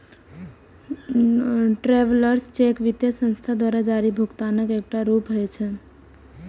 travellers cheque वित्तीय संस्थान द्वारा जारी भुगतानक एकटा रूप होइ छै